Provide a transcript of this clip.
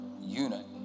unit